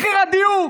מחיר הדיור.